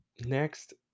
next